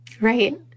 Right